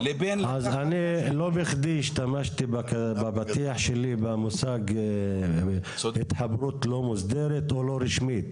אז אני לא בכדי השתמשתי בפתיח שלי התחברות לא מוסדרת או לא רשמית.